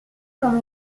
comme